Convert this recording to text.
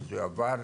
שזה יועבר.